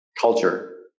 culture